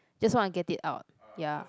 just want to get it out ya